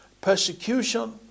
persecution